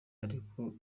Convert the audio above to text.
ariko